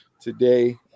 today